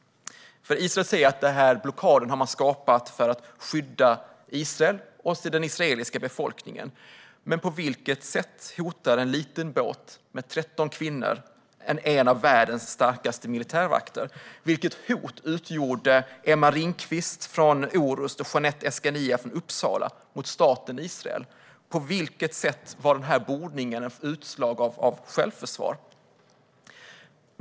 Israel säger att man har gjort denna blockad för att skydda Israel och den israeliska befolkningen. Men på vilket sätt hotar en liten båt med 13 kvinnor en av världens starkaste militärmakter? Vilket hot utgjorde Emma Ringqvist från Orust och Jeannette Escanilla från Uppsala mot staten Israel? På vilket sätt var denna bordning ett utslag av självförsvar?